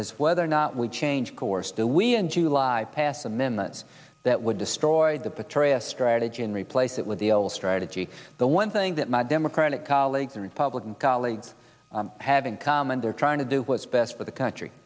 is whether or not we change course do we in july pass the minutes that would destroy the petrolia strategy and replace it with the old strategy the one thing that my democratic colleagues and republican colleagues have in common they're trying to do what's best for the country